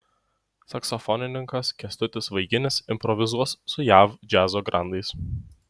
saksofonininkas kęstutis vaiginis improvizuos su jav džiazo grandais